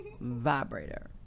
Vibrator